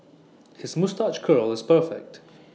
his moustache curl is perfect